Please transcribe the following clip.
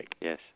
Yes